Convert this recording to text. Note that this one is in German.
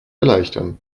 erleichtern